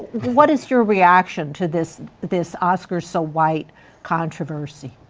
what is your reaction to this this oscar so white controversy?